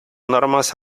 normas